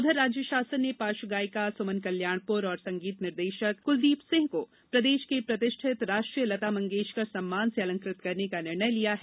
उधर राज्य शासन ने पार्श्व गायिका सुमन कल्याणपुर और संगीत निर्देशक कुलदीप सिंह को प्रदेश के प्रतिष्ठित राष्ट्रीय लता मंगेश्कर सम्मान से अलंकृत करने का निर्णय लिया है